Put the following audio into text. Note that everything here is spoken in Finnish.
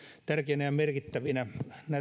tärkeinä ja merkittävinä